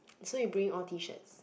so you bring all T-shirts